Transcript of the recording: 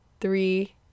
three